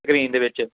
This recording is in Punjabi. ਸਕਰੀਨ ਦੇ ਵਿੱਚ